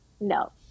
no